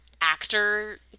actor